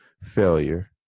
failure